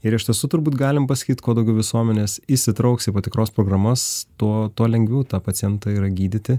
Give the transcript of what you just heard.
ir iš tiesų turbūt galim pasakyt kuo daugiau visuomenės įsitrauks į patikros programas tuo tuo lengviau tą pacientą yra gydyti